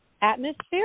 atmosphere